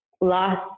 lost